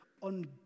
on